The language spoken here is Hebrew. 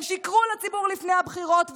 הם שיקרו לציבור לפני הבחירות,